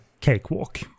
cakewalk